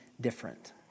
different